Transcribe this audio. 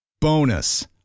Bonus